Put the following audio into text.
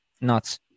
nuts